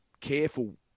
careful